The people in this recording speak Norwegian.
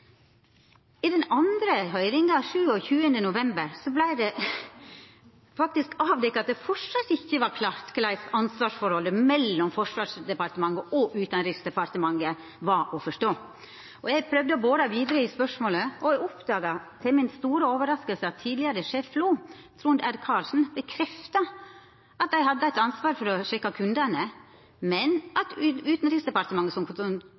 I den andre høyringa, den 27. november, vart det faktisk avdekt at det enno ikkje var klart korleis ansvarsforholdet mellom Forsvarsdepartementet og Utanriksdepartementet var å forstå. Eg prøvde å bora vidare i spørsmålet, og eg oppdaga til mi store overrasking at tidlegare sjef FLO Trond R. Karlsen bekrefta at dei hadde et ansvar for å sjekka kundane, men at Utanriksdepartementet, som